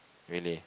really